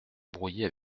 brouiller